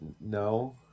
no